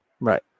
Right